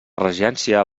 regència